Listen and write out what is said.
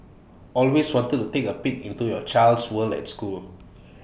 always wanted to take A peek into your child's world at school